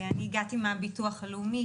הגעתי מהביטוח הלאומי,